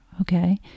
okay